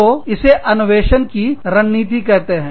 तो इसे अन्वेषणनवीनता की रणनीति कहते हैं